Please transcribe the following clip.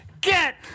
Get